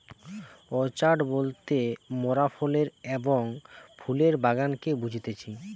orchard বলতে মোরাফলের এবং ফুলের বাগানকে বুঝতেছি